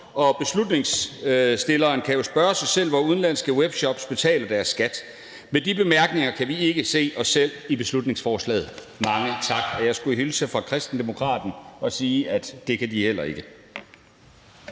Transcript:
beslutningsforslaget, kan jo spørge sig selv, hvor udenlandske webshops betaler deres skat. Med de bemærkninger vil jeg sige, at vi ikke kan se os selv i beslutningsforslaget. Mange tak. Og jeg skulle hilse fra Kristendemokraterne og sige, at det kan de heller ikke.